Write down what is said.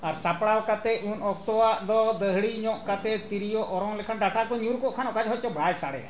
ᱟᱨ ᱥᱟᱯᱲᱟᱣ ᱠᱟᱛᱮᱫ ᱩᱱ ᱚᱠᱛᱚᱣᱟᱜ ᱫᱚ ᱫᱟᱹᱦᱲᱤ ᱧᱚᱜ ᱠᱟᱛᱮᱫ ᱛᱤᱨᱭᱳ ᱚᱨᱚᱝ ᱞᱮᱠᱷᱟᱱ ᱰᱟᱴᱟ ᱠᱚ ᱧᱩᱨ ᱠᱚᱜ ᱠᱷᱟᱱ ᱚᱠᱟ ᱡᱚᱦᱚᱜ ᱪᱚ ᱵᱟᱭ ᱥᱟᱰᱮᱭᱟ